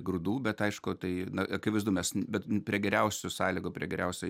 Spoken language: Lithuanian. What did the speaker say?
grūdų bet aišku tai akivaizdu mes bet prie geriausių sąlygų prie geriausio